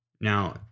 Now